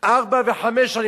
ארבע וחמש שנים.